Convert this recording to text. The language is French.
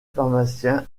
pharmacien